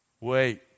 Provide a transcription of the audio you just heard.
Wait